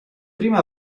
prima